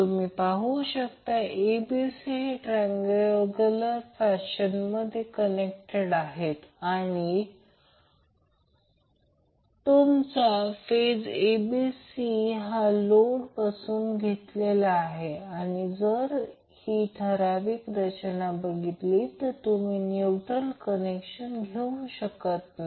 तुम्ही पाहू शकता abc हे ट्रायंग्युलर फॅशन मध्ये कनेक्टेड आहेत आणि तुमचा फेज ABC हा लोडपासून घेतलेला आहे आणि जर तुम्ही ही ठराविक रचना बघितली तर तुम्ही न्यूट्रल कनेक्शन घेऊ शकत नाही